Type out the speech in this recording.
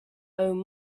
own